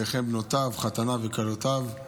וכן לבנותיו, לחתניו ולכלותיו.